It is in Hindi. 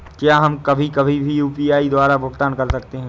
क्या हम कभी कभी भी यू.पी.आई द्वारा भुगतान कर सकते हैं?